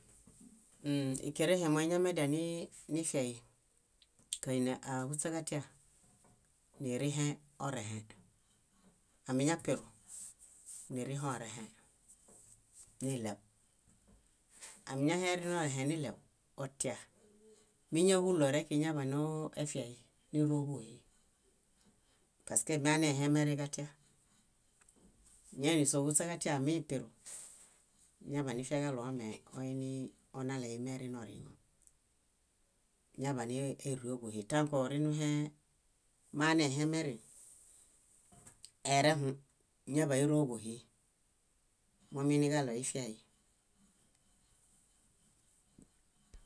. Ũũ íkerẽhe moiñamedianifiay, kaini áhuśaġatia nirĩheorẽhe. Amiñapiru, nirĩheorẽhe niɭew. Amiñaherĩorẽhe niɭew, otia míñahulorek iñaḃanooefiai, níroḃuhi paske mianehemerĩġatia. Íñainisohuśaġatia amipiru, iñaḃanifiaġaɭo omeonionaleimerĩoriŋo. Íñaḃanieribuhi tãkorinuhe moanehemerin, erehũ, íñaḃaniroḃuhi. Moniġaɭoifiay.